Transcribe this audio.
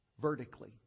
vertically